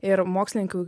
ir mokslininkai